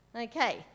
Okay